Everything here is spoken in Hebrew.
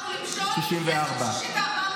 באנו למשול, כי יש לנו 64 מנדטים.